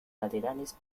laterales